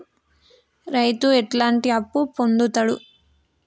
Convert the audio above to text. రైతు ఎట్లాంటి అప్పు పొందుతడు?